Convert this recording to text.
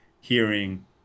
hearing